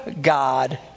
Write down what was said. God